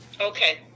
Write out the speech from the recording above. Okay